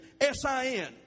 S-I-N